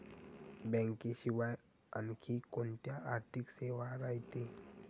बँकेशिवाय आनखी कोंत्या आर्थिक सेवा रायते?